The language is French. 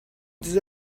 des